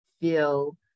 feel